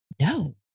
no